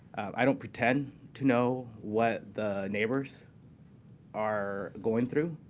i don't pretend to know what the neighbors are going through.